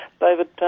David